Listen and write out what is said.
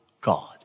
God